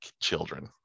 children